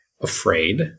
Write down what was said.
afraid